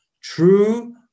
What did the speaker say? True